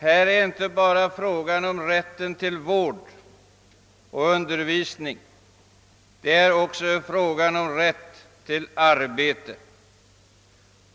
Det är inte bara fråga om rätten till vård och undervisning — det är också fråga om rätten till arbete.